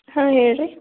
ಹಾಂ ಹೇಳ್ರಿ